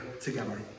together